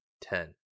ten